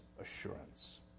assurance